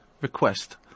request